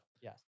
yes